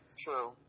true